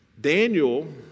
Daniel